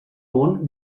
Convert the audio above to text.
món